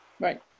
right